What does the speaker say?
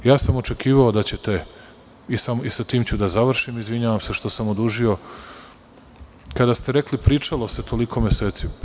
Očekivao sam i sa time ću da završim, izvinjavam se što sam odužio, kada ste rekli – pričalo se toliko meseci.